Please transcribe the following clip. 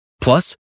Plus